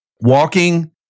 Walking